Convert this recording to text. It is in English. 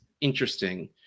interesting